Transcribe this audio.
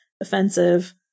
offensive